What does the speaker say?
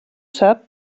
sap